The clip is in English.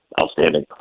outstanding